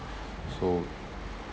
so